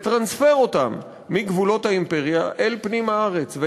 לטרנספר אותם מגבולות האימפריה אל פנים הארץ.